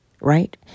Right